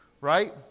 right